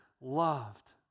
loved